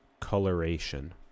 coloration